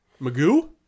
Magoo